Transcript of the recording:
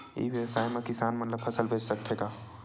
ई व्यवसाय म किसान मन फसल बेच सकथे का?